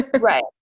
Right